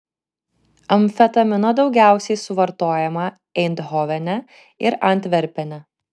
amfetamino daugiausiai suvartojama eindhovene ir antverpene